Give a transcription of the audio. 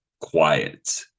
quiet